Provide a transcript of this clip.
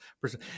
person